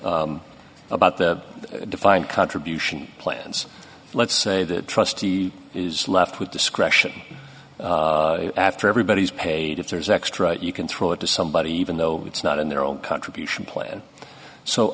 than about the defined contribution plans let's say the trustee is left with discretion after everybody's paid if there's extra you can throw it to somebody even though it's not in their own contribution plan so